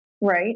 right